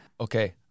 okay